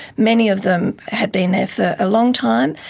many of them had been there for a long time,